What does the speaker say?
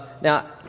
Now